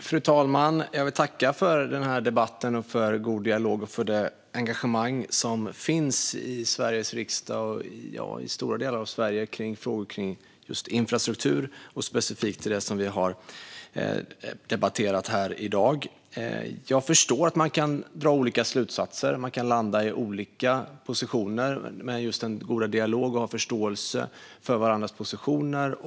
Fru talman! Jag vill tacka för den här debatten, för god dialog och för det engagemang som finns i Sveriges riksdag och i stora delar av Sverige kring frågor som rör infrastruktur och specifikt det vi har debatterat här i dag. Jag förstår att man kan dra olika slutsatser och landa i olika positioner. Vi har en god dialog och förståelse för varandras positioner.